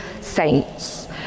saints